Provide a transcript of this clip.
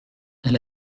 elle